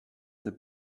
the